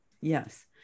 yes